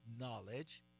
Knowledge